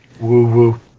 Woo-woo